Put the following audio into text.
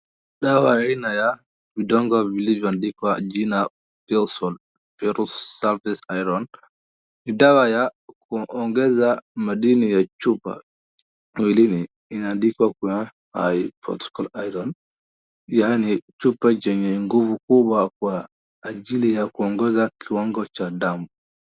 Dawa aina ya vidonge vilivyoandikwa jina Feosol Ferrous Sulfate iron , ni dawa ya kuongeza madini ya chupa mwilini, inaandikwa kwa High Potency Iron , yaani chupa chenye nguvu kubwa kwa ajili ya kuongeza kiwango cha damu.